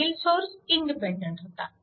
मागील source independent होता